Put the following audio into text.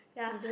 ya